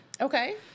Okay